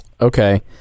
Okay